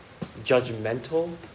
judgmental